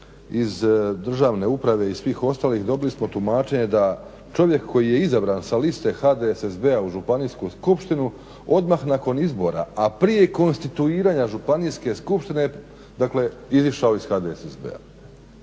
iz državne uprave i svih ostalih dobili smo tumačenje da čovjek koji je izabran sa liste HDSSB-a u županijsku skupštinu odmah nakon izbora a prije konstituiranja županijske skupštine je dakle izašao iz HDSSB-a.